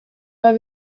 pas